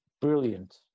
brilliant